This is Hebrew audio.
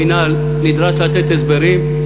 המינהל נדרש לתת הסברים,